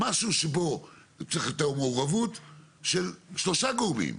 משהו שבו צריך את המעורבות של שלושה גורמים,